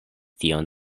tion